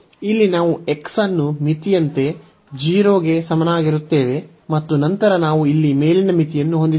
ಇಲ್ಲಿ ನಾವು x ಅನ್ನು ಮಿತಿಯಂತೆ 0 ಗೆ ಸಮನಾಗಿರುತ್ತೇವೆ ಮತ್ತು ನಂತರ ನಾವು ಇಲ್ಲಿ ಮೇಲಿನ ಮಿತಿಯನ್ನು ಹೊಂದಿದ್ದೇವೆ